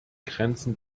grenzen